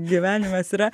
gyvenimas yra